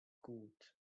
gut